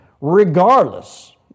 regardless